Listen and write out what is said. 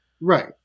Right